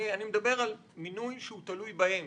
אני מדבר על מינוי שתלוי בהם,